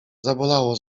zabolało